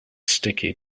sticky